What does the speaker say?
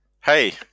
Hey